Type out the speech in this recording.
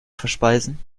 verspeisen